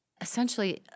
essentially